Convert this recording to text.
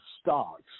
stocks